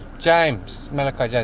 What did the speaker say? james, malaki james.